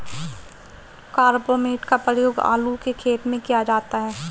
carbamate का प्रयोग आलू के खेत में किया जाता है